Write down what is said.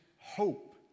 hope